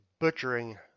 butchering